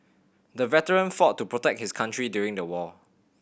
the veteran fought to protect his country during the war